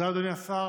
תודה, אדוני השר.